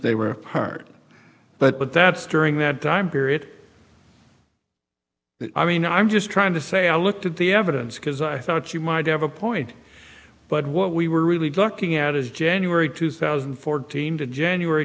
they were hard but that's during that time period i mean i'm just trying to say i looked at the evidence because i thought you might have a point but what we were really looking at is january two thousand and fourteen to january